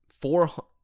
Four